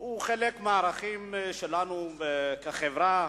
הוא חלק מהערכים שלנו כחברה,